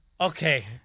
Okay